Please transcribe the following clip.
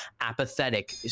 apathetic